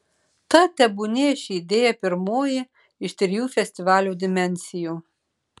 tad tebūnie ši idėja pirmoji iš trijų festivalio dimensijų